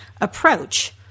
approach